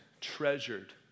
treasured